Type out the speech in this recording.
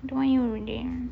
don't want you already